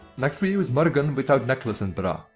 next we use morrigan without necklace and bra.